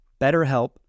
BetterHelp